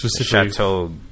Chateau